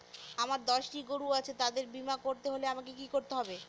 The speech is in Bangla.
আমার দশটি গরু আছে তাদের বীমা করতে হলে আমাকে কি করতে হবে?